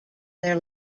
their